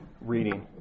reading